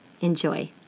Enjoy